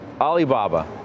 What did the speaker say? Alibaba